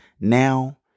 now